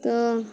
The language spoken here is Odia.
ତ